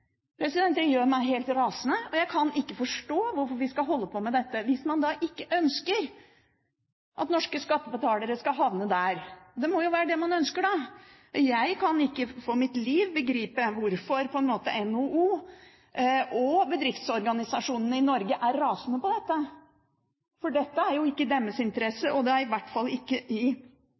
Det gjør meg helt rasende. Jeg kan ikke forstå hvorfor vi skal holde på med dette, hvis man da ikke ønsker at norske skattepenger skal havne der. Det må jo være det man ønsker, da. Jeg kan ikke begripe hvorfor NHO og bedriftsorganisasjonene i Norge ikke er rasende på dette, for dette er ikke i deres interesse. Det er i hvert fall ikke i